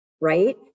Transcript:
right